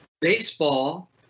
baseball